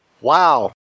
Wow